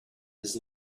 his